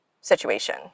situation